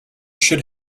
should